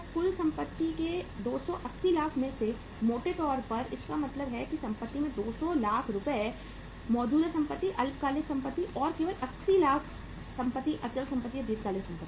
कुल संपत्ति के 280 लाख रुपये में से मोटे तौर पर इसका मतलब है कि संपत्ति के 200 लाख रुपये मौजूदा संपत्ति अल्पकालिक संपत्ति और केवल 80 लाख संपत्ति अचल संपत्ति या दीर्घकालिक संपत्ति हैं